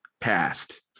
past